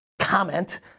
comment